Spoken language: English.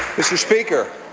mr. speaker,